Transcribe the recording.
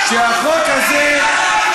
תמיד נלחמנו בטרור,